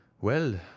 Well